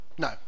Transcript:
No